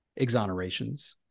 exonerations